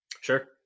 Sure